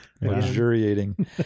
Luxuriating